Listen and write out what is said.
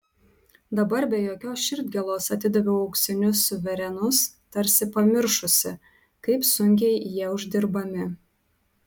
dabar be jokios širdgėlos atidaviau auksinius suverenus tarsi pamiršusi kaip sunkiai jie uždirbami